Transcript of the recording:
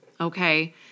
Okay